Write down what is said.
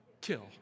Kill